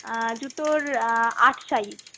জুতোর আট সাইজ